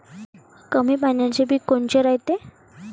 कमी पाण्याचे पीक कोनचे रायते?